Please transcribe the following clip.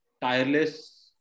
tireless